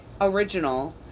original